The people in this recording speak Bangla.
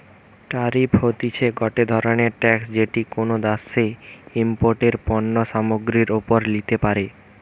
ট্যারিফ হতিছে গটে ধরণের ট্যাক্স যেটি কোনো দ্যাশে ইমপোর্টেড পণ্য সামগ্রীর ওপরে লিতে পারে